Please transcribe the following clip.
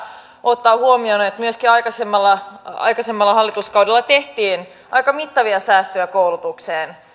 ottaa huomioon että myöskin aikaisemmalla aikaisemmalla hallituskaudella tehtiin aika mittavia säästöjä koulutukseen